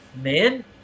man